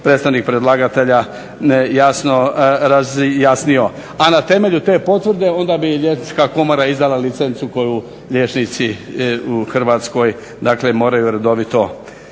predstavnik predlagatelja jasno razjasnio. A na temelju te potvrde onda bi Liječnička komora izdala licencu koji liječnici u Hrvatskoj dakle moraju redovito